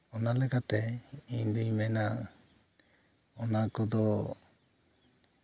ᱚᱱᱟ ᱞᱮᱠᱟᱛᱮ ᱤᱧᱫᱩᱧ ᱢᱮᱱᱟ ᱚᱱᱟ ᱠᱚᱫᱚ